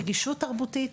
עם רגישות תרבותית,